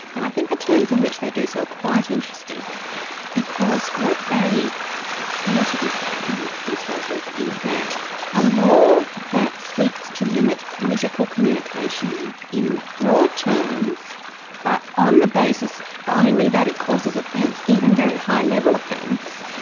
and i think the terms in which they do so are quite interesting because what they appear to be saying, these judges, is that a law that seeks to limit political communication in broad terms but on the basis only that it causes offence, even very high level offence,